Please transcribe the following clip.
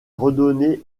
redonner